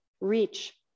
reach